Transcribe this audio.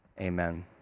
amen